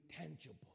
tangible